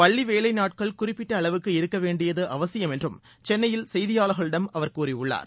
பள்ளி வேலை நாட்கள் குறிப்பிட்ட அளவுக்கு இருக்க வேண்டியது அவசியம் என்றும் சென்னையில் செயதியாளர்களிம் அவர் கூறியுள்ளார்